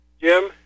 Jim